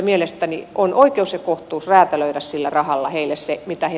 mielestäni on oikeus ja kohtuus räätälöidä sillä rahalla heille se mitä he